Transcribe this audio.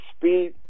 speed